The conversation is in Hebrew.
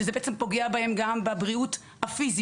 שזה בעצם פוגע בהם גם בבריאות הפיזית.